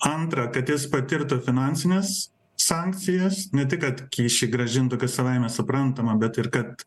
antra kad jis patirtų finansines sankcijas ne tik kad kyšį grąžintų kas savaime suprantama bet ir kad